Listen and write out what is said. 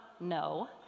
no